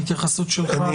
התייחסות שלך,